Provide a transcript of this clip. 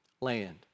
land